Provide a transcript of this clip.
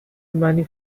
money